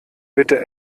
bitte